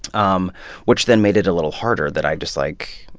um which then made it a little harder that i just, like.